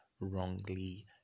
wrongly